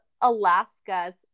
Alaska's